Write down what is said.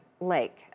lake